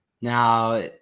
Now